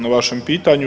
na vašem pitanju.